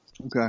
Okay